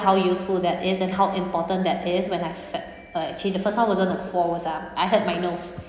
how useful that is and how important that is when I fi~ uh actually the first one wasn't a fall down I hurt my nose